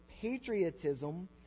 patriotism